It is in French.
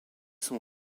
son